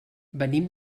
venim